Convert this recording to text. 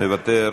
מוותר,